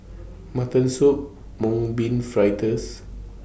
Mutton Soup Mung Bean Fritters